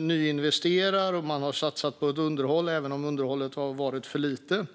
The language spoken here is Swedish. nyinvesterar och satsar på underhåll, även om underhållet har varit för litet.